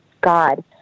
God